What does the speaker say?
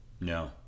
No